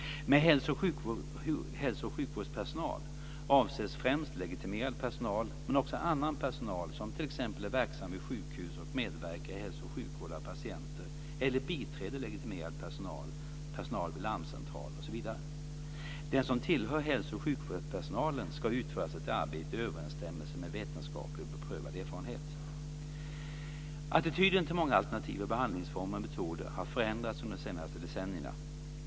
Med hälso och sjukvårdspersonal avses främst legitimerad personal men också annan personal som t.ex. är verksam vid sjukhus och medverkar i hälsooch sjukvård av patienter eller biträder legitimerad personal, personal vid larmcentral osv. Den som tillhör hälso och sjukvårdspersonalen ska utföra sitt arbete i överensstämmelse med vetenskap och beprövad erfarenhet. Attityden till många alternativa behandlingsformer och metoder har förändrats under de senaste decennierna.